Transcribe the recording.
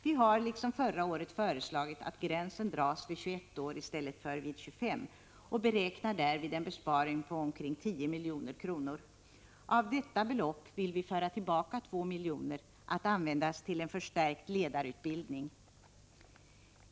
Vi har liksom förra året föreslagit att gränsen dras vid 21 åristället för vid 25, och beräknar därvid en besparing på omkring 10 milj.kr. Av detta belopp vill vi föra tillbaka 2 miljoner att användas till en förstärkt ledarutbildning.